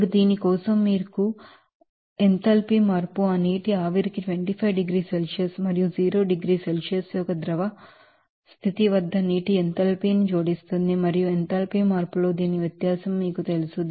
ఇప్పుడు దీని కోసం మీకు తెలుసు ఎంథాల్పీ మార్పు ఆ నీటి ఆవిరికి 25 డిగ్రీల సెల్సియస్ మరియు zero డిగ్రీ సెల్సియస్ యొక్క లిక్విడ్ స్టేట్ వద్ద నీటి ఎంథాల్పీ ని జోడిస్తుంది మరియు ఎంథాల్పీ మార్పులో దాని వ్యత్యాసం మీకు తెలుసు